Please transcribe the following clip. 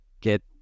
get